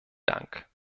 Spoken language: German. dank